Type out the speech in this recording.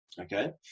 Okay